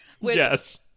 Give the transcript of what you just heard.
Yes